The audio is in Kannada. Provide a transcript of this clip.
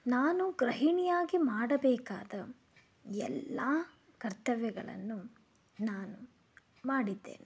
ನಾನು ಗೃಹಿಣಿ ಆಗಿ ಮಾಡಬೇಕಾದ ಎಲ್ಲ ಕರ್ತವ್ಯಗಳನ್ನು ನಾನು ಮಾಡಿದ್ದೇನೆ